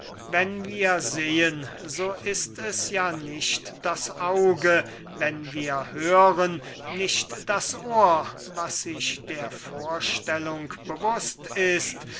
wenn wir sehen so ist es ja nicht das auge wenn wir hören nicht das ohr was sich der vorstellung bewußt ist